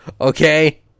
okay